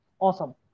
Awesome